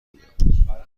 بگویم